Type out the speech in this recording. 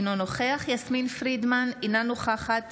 אינו נוכח יסמין פרידמן, אינה נוכחת